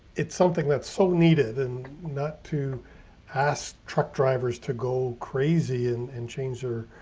it's something that's so needed and not to ask truck drivers to go crazy and and change their,